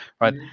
Right